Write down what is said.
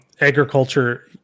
agriculture